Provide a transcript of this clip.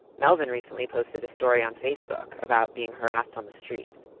melvin recently posted a story on facebook about being harassed on the street.